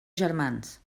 germans